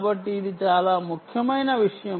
కాబట్టి ఇది చాలా ముఖ్యమైన విషయం